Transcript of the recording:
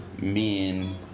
men